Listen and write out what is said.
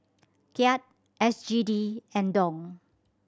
Kyat S G D and Dong